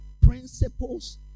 principles